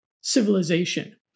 civilization